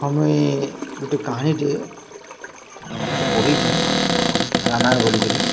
ହଁ ମୁଇଁ ଗୁଟେ କାହାଣୀଟେ ପଢ଼ିଛେଁ ରାମାୟଣ ବୋଲିକରି